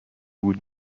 بود